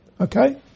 okay